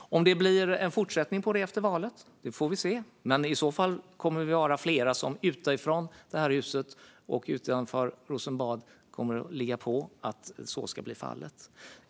Om det blir en fortsättning på det efter valet får vi se. Vi är flera som utanför det här huset och utanför Rosenbad kommer att ligga på för att så ska bli fallet.